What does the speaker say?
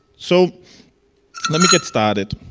so let me get started.